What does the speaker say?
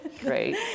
Great